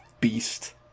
beast